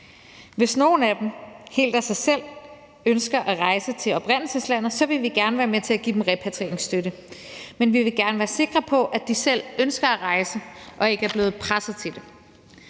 Hvis nogle af dem helt af sig selv ønsker at rejse til oprindelseslandet, vil vi gerne være med til at give dem repatrieringsstøtte, men vi vil gerne være sikre på, at de selv ønsker at rejse og ikke er blevet presset til det.